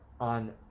on